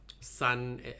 Sun